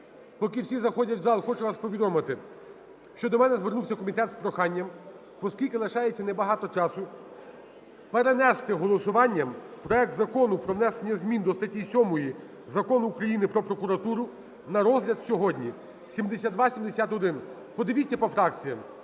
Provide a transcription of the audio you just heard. Поки всі заходять в зал, хочу вас повідомити, що до мене звернувся комітет з проханням, оскільки лишається небагато часу, перенести голосуванням проект Закону про внесення змін до статті 7 Закону України "Про прокуратуру" на розгляд сьогодні, 7271. Подивіться по фракціям